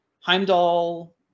Heimdall